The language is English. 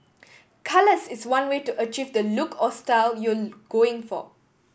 colours is one way to achieve the look or style you're going for